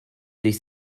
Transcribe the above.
sich